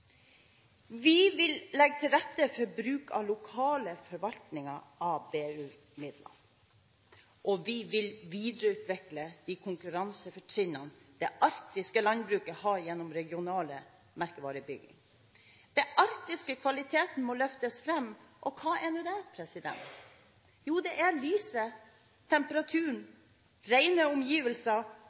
Vi vil legge til rette for bruk av lokal forvaltning av BU-midler, og vi vil videreutvikle de konkurransefortrinnene det arktiske landbruket har, gjennom regional merkevarebygging. Den arktiske kvaliteten må løftes fram. Og hva er nå det? Jo, det er lyset, temperaturen, rene omgivelser